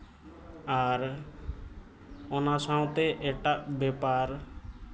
ᱟᱨ ᱚᱱᱟ ᱥᱟᱶᱛᱮ ᱮᱴᱟᱜ ᱵᱮᱯᱟᱨ